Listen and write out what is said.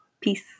Peace